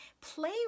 Play